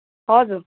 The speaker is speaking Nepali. हजुर